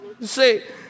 say